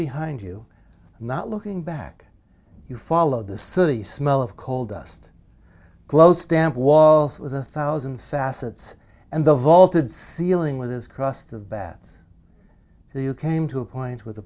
behind you not looking back you followed the city smell of coal dust glow stamp walls with a thousand facets and the vaulted ceiling with his crust of bats there you came to a point where the